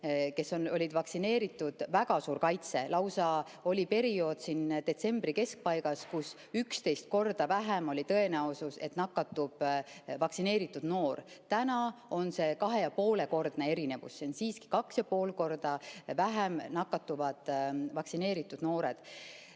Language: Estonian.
kes olid vaktsineeritud, väga suur kaitse, lausa oli periood detsembri keskpaigas, kus oli 11 korda väiksem tõenäosus, et nakatub ka vaktsineeritud noor, siis täna on kahe ja poole kordne erinevus. Aga siiski kaks ja pool korda vähem nakatuvad vaktsineeritud noored.